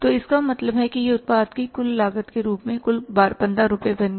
तो इसका मतलब है कि यह उत्पाद की कुल लागत के रूप में कुल 15 रुपये बन गया